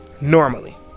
Normally